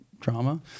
drama